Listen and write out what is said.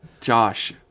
Josh